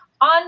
on